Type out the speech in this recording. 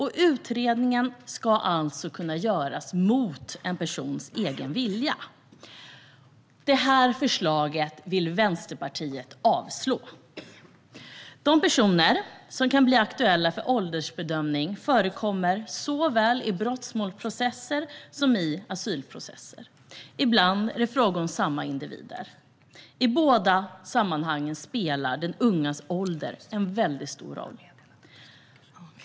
Utredningen ska alltså kunna göras mot en persons egen vilja. Vänsterpartiet vill att det förslaget ska avslås. De personer som kan bli aktuella för åldersbedömning förekommer såväl i brottmålsprocessen som i asylprocessen. Ibland är det fråga om samma individer. I båda sammanhangen spelar den ungas ålder stor roll.